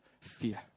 fear